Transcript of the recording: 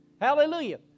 Hallelujah